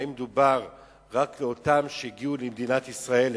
האם מדובר רק באלה שהגיעו למדינת ישראל,